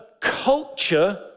culture